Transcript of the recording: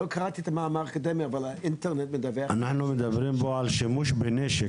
אנחנו מדברים פה על שימוש בנשק,